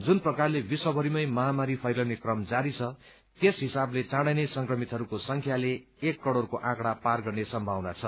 जुन प्रकारले विश्वभरिमै महामारी फैलिने क्रम जारी छ त्यस हिसाबले चाँडे नै संक्रमितहरूको संख्याले एक करोड़को आँकड़ा पार गर्ने सम्भावना छ